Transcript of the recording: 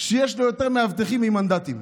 שיש לו יותר מאבטחים ממנדטים.